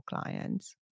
clients